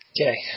Okay